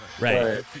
Right